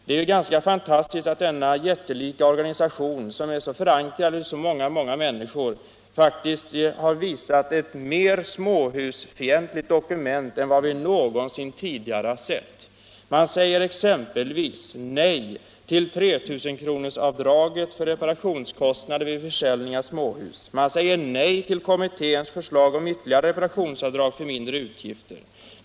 Det är ganska fantastiskt att denna jättelika organisation, som är förankrad i så många många människor, har visat ett mer småhusfientligt dokument än vad vi någonsin tidigare har sett. Man säger exempelvis nej till tretusenkronorsavdraget för reparationskostnader vid försäljning av småhus. Man säger nej till kommitténs förslag om ytterligare reparationsavdrag för mindre utgifter.